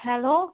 hello